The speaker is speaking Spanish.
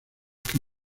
que